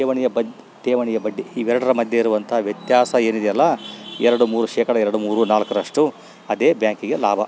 ಠೇವಣಿಯ ಬಡ್ಡಿ ಠೇವಣಿಯ ಬಡ್ಡಿ ಇವೆರಡರ ಮಧ್ಯೆಯಿರುವಂಥ ವ್ಯತ್ಯಾಸ ಏನಿದೆಯಲ್ಲ ಎರಡು ಮೂರು ಶೇಕಡ ಎರಡು ಮೂರು ನಾಲ್ಕರಷ್ಟು ಅದೇ ಬ್ಯಾಂಕಿಗೆ ಲಾಭ